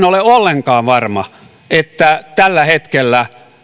ole ollenkaan varma että tällä hetkellä